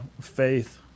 faith